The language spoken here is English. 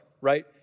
right